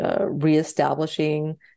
reestablishing